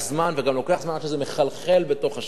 וגם לוקח זמן עד שזה מחלחל בתוך השווקים.